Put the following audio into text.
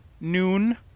noon